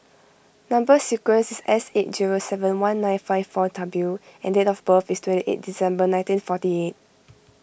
Number Sequence is S eight zero seven one nine five four W and date of birth is twenty eight December nineteen forty eight